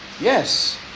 Yes